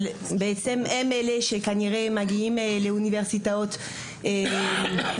כנראה שהם אלה שבעצם מגיעים לאוניברסיטאות הישראליות.